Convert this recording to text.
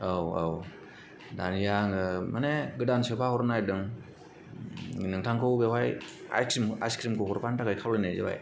औ औ दानिया आङो माने गोदान सोफाहरनो नागिरदों नोंथांखौ बेवहाय आइसक्रिमखौ हरफानो थाखाय खावलायनाय जाबाय